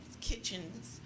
kitchens